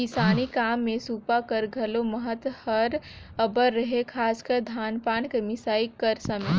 किसानी काम मे सूपा कर घलो महत हर अब्बड़ अहे, खासकर धान पान कर मिसई कर समे